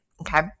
Okay